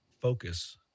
focus